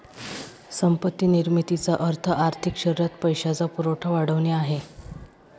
संपत्ती निर्मितीचा अर्थ आर्थिक शरीरात पैशाचा पुरवठा वाढवणे आहे